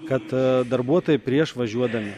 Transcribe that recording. kad darbuotojai prieš važiuodami